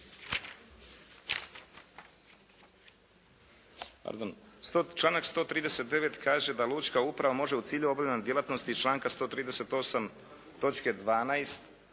pardon članak 139. kaže da lučka uprava može u cilju obavljanja djelatnosti iz članka 138.